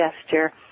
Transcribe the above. gesture